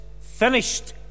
finished